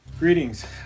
Greetings